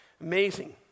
Amazing